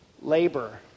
labor